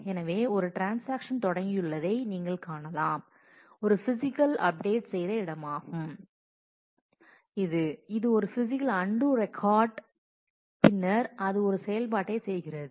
எனவே ஒரு ட்ரான்ஸாக்ஷன்ஸ் தொடங்கியுள்ளதை நீங்கள் காணலாம் இது ஒரு பிசிக்கல் அப்டேட் செய்த இடமாகும் இது ஒரு பிஸிக்கல் அன்டூ ரெக்கார்டு பின்னர் அது ஒரு செயல்பாட்டை செய்கிறது